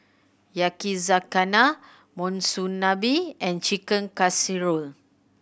Yakizakana Monsunabe and Chicken Casserole